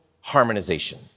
harmonization